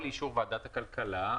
לאישור ועדת הכלכלה,